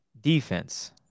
defense